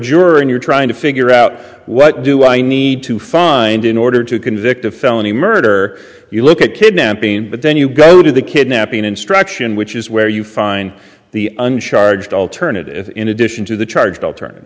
juror and you're trying to figure out what do i need to find in order to convict of felony murder you look at kidnapping but then you go to the kidnapping instruction which is where you find the uncharged alternative if in addition to the charged alternative